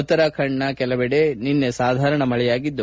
ಉತ್ತರಾಖಂಡ್ ನ ಹಲವೆಡೆ ನಿನ್ನೆ ಸಾಧಾರಣ ಮಳೆಯಾಗಿದ್ದು